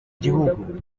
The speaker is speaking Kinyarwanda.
gihugu